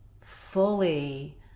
fully